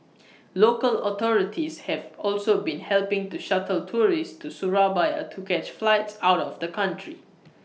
local authorities have also been helping to shuttle tourists to Surabaya to catch flights out of the country